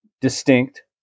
distinct